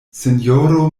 sinjoro